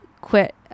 quit